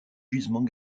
gisements